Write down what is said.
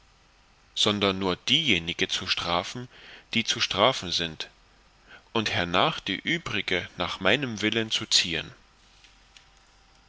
sondern nur diejenige zu strafen die zu strafen sind und hernach die übrige nach meinem willen zu ziehen